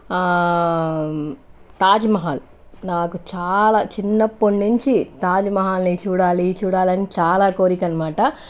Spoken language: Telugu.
తాజ్ మహల్ నాకు చాలా చిన్నప్పటి నుంచి తాజ్ మహల్ ని చూడాలి చూడాలి అని చాలా కోరిక అనమాట